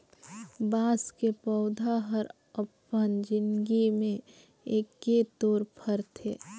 बाँस के पउधा हर अपन जिनगी में एके तोर फरथे